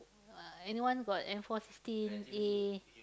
uh anyone got M four sixteen A